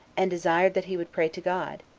and desired that he would pray to god,